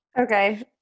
Okay